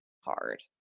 hard